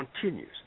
continues